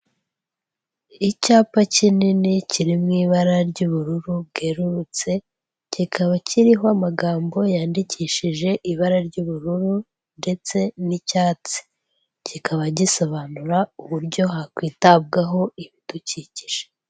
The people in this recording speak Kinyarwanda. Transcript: Icyapa kinini kiri mu ibara ry'ubururu bwerurutse, kikaba kiriho amagambo yandikishije ibara ry'ubururu ndetse n'icyatsi, kikaba gisobanura uburyo hakwitabwaho ibidukikije.